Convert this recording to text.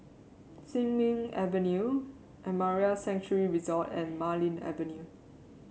Sin Ming Avenue Amara Sanctuary Resort and Marlene Avenue